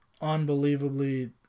unbelievably